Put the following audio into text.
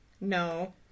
No